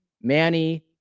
Manny